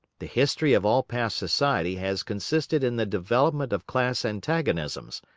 the history of all past society has consisted in the development of class antagonisms,